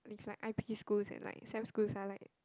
if like I P schools and like sap schools are like